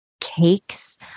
cakes